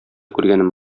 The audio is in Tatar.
күргәнем